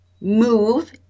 move